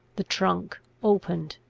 the trunk opened,